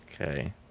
okay